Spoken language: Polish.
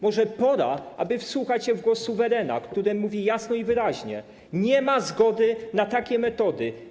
Może pora, aby wsłuchać się w głos suwerena, który mówi jasno i wyraźnie: nie ma zgody na takie metody.